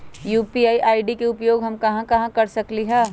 UPI ID के उपयोग हम कहां कहां कर सकली ह?